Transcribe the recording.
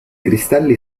cristalli